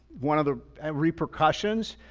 one of the repercussions.